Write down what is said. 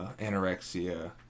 anorexia